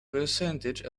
percentage